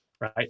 Right